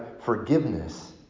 forgiveness